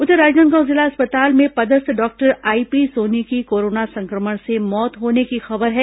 उधर राजनांदगांव जिला अस्पताल में पदस्थ डॉक्टर आईपी सोनी की कोरोना संक्रमण से मौत होने की खबर है